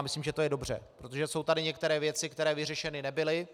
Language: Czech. Myslím, že to je dobře, protože jsou tady některé věci, které vyřešeny nebyly.